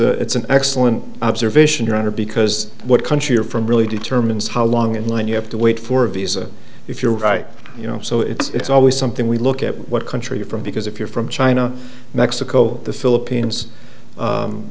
actually it's a an excellent observation your honor because what country you're from really determines how long and when you have to wait for a visa if you're right you know so it's always something we look at what country you're from because if you're from china mexico the philippines